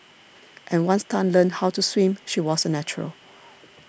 and once Tan learnt how to swim she was a natural